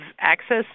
access